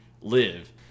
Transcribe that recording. live